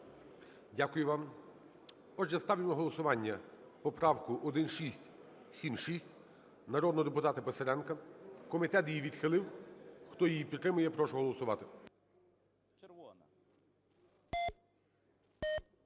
Дякую вам. Отже, ставлю на голосування поправку 1676 народного депутата Писаренка. Комітет її відхилив. Хто її підтримує, я прошу голосувати.